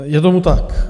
Je tomu tak.